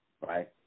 right